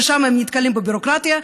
ושם הם נתקלים בביורוקרטיה,